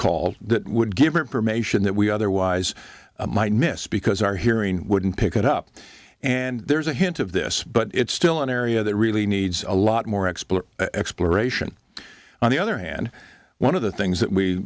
call that would give information that we otherwise might miss because our hearing wouldn't pick it up and there's a hint of this but it's still an area that really needs a lot more explore exploration on the other hand one of the things that we